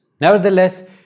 Nevertheless